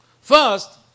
First